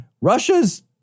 Russia's